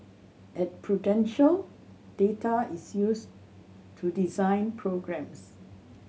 at Prudential data is used to design programmes